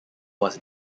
was